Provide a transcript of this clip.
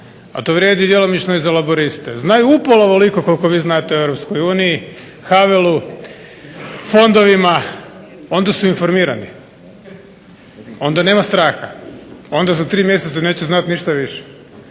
a to vrijedi djelomično i za Laburiste znaju upola ovoliko koliko vi znate o EU, Havelu, fondovima, onda su informirani, onda nema straha, onda za tri mjeseca neće znati ništa više.